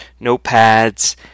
notepads